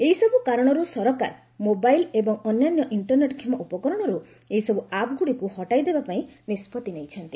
ଏହିସବୁ କାରଣର୍ ସରକାର ମୋବାଇଲ୍ ଏବଂ ଅନ୍ୟାନ୍ୟ ଇଷ୍ଟରନେଟ୍କ୍ଷମ ଉପକରଣରୁ ଏହିସବୁ ଆପ୍ଗୁଡ଼ିକୁ ହଟାଇଦେବା ପାଇଁ ନିଷ୍କଭି ନେଇଛନ୍ତି